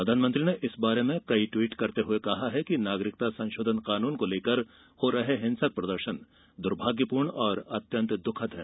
प्रधानमंत्री ने इस बारे में कई ट्वीट करते हुए कहा कि नागरिकता संशोधन कानून को लेकर हो रहे हिंसक प्रदर्शन द्भाग्यपूर्ण और अत्यंत दुखद हैं